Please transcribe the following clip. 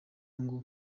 ngo